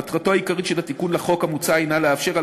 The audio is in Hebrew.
מטרתו העיקרית של התיקון לחוק המוצע הנה לאפשר,